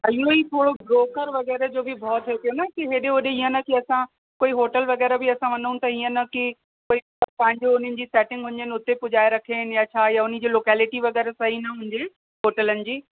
हा इयो ई थोरो ब्रोकर वग़ैरह जो बि भउ थिए पियो न कि भई हेॾे होॾे इअं न कि असां कोई होटल वग़ैरह बि असां वञू त इअं न कि भई पंहिंजो उन्हनि जी सेटिंग हुजेनि हुते पुॼाए रखेनि या छा या उन्हनि जी लोकेलिटी वग़ैरह सही न हुजे होटलनि जी